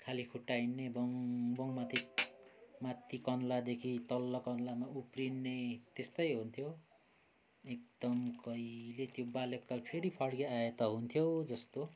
खाली खुट्टा हिँड्ने ब्वाङ ब्वाङ माथि माथि कम्लादेखि तल कम्लामा उफ्रिने त्यस्तै हुन्थ्यो एकदम कहिले त्यो बाल्यकाल फेरि फर्केर आए त हुन्थ्यो जस्तो